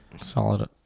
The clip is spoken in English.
solid